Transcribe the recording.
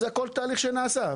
זה הכל תהליך שנעשה,